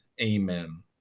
Amen